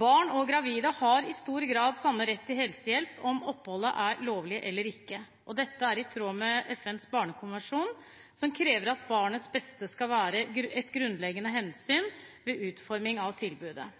Barn og gravide har i stor grad samme rett til helsehjelp om oppholdet er lovlig eller ikke. Dette er i tråd med FNs barnekonvensjon, som krever at barnets beste skal være et grunnleggende hensyn ved utforming av tilbudet.